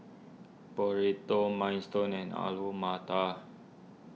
Burrito Minestone and Alu Matar